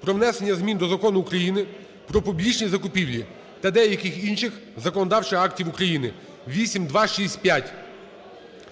про внесення змін до Закону України "Про публічні закупівлі" та деяких інших законодавчих актів України (8265).